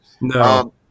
No